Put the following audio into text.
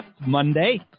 Monday